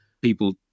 people